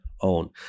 own